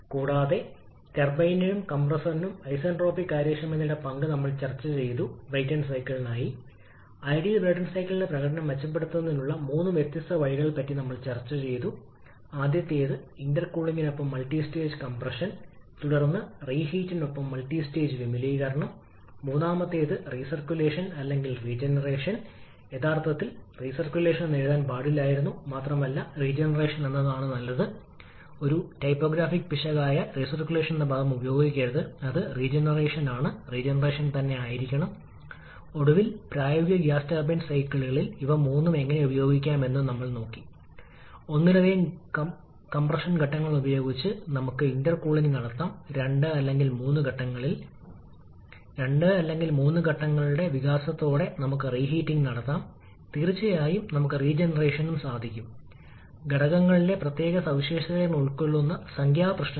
തുടർന്ന് ഈ ഡയഗ്രാമിനെ പരാമർശിച്ച് മൊത്തം കംപ്രഷൻ വർക്ക് ആവശ്യകതകൾ ഇന്റർകൂളിംഗ് ചെയ്യാതെ ഇന്റർകൂളിംഗ് ഇല്ലാത്തപ്പോൾ കംപ്രഷൻ വർക്ക് ആവശ്യകത ഇതായിരിക്കും 𝑤𝑐 𝑤𝑖𝑡ℎ𝑜𝑢𝑡 𝐼𝐶 𝑐𝑝 𝑇𝐴 − 𝑇1 ഈ കേസിൽ ഇന്റർകൂളിംഗിനൊപ്പം കംപ്രഷൻ വർക്ക് ആവശ്യകതയാണ് 𝑤𝑐 𝑤𝑖𝑡 ℎ 𝐼𝐶 𝑐𝑝 𝑇2 − 𝑇1 𝑐𝑝 𝑇4 − 𝑇3 ആദ്യത്തേത് വർക്ക് ഇന്റർകൂൾ ചെയ്യാതെ നമ്മൾ ഇപ്രകാരം എഴുതുകയാണെങ്കിൽ ശുപാർശ ചെയ്യുന്നു 𝑤𝑐 𝑤𝑖𝑡 ℎ𝑜𝑢𝑡 𝐼𝐶 𝑐𝑝 𝑇2 − 𝑇1 𝑐𝑝 𝑇𝐴 − 𝑇2 ജോലി ആവശ്യകതയുമായി താരതമ്യപ്പെടുത്തുമ്പോൾ ഇന്റർകൂളിംഗിനൊപ്പം ജോലി ആവശ്യകത കുറയും ഇത് ചെയ്യുമ്പോൾ മാത്രം ഇന്റർകൂളിംഗ് ഇല്ലാതെ TA − T2 T4 − T3 അത് ശരിയാണ് കാരണം Ts ഡയഗ്രാമിൽ ഈ വരികളിൽ സ്ഥിരമായ മർദ്ദം വ്യതിചലിക്കുന്നു നമ്മൾ വലത്തേക്ക് നീങ്ങുമ്പോൾ പരസ്പരം